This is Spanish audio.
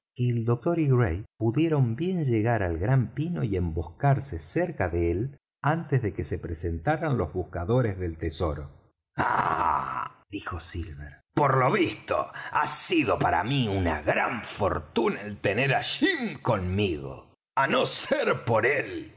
doctor y gray pudieron bien llegar al gran pino y emboscarse cerca de él antes de que se presentaran los buscadores del tesoro ah dijo silver por lo visto ha sido para mí una gran fortuna el tener á jim conmigo á no ser por él